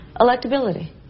Electability